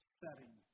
setting